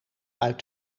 uit